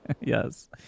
Yes